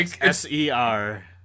S-E-R